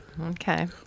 Okay